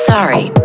Sorry